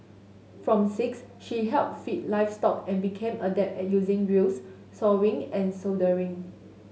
from six she helped feed livestock and became adept at using drills sawing and soldering